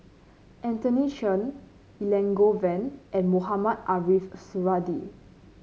Anthony Chen Elangovan and Mohamed Ariff Suradi